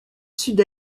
sud